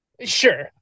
Sure